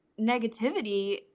negativity